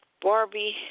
Barbie